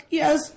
yes